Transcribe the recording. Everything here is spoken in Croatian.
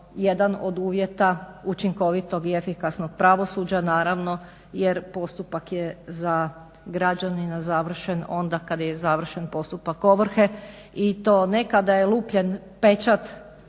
kao jedan od uvjeta učinkovitog i efikasnog pravosuđa, naravno jer postupak je za građanina završen onda kada je završen postupak ovrhe i to ne kada je lupljen pečat